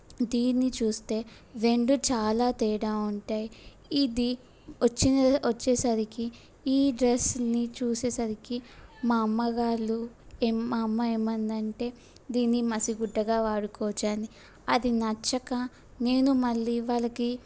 దీన్ని చూస్తే రెండు చాలా తేడా ఉంటాయి ఇది వచ్చిన వచ్చేసరికి ఈ డ్రెస్ని చూసేసరికి మా అమ్మగారు మా అమ్మ ఏమన్నది అంటే దీన్ని మసిగుడ్డగా వాడుకోవచ్చు అంది అది నచ్చక నేను మళ్ళీ వాళ్ళకి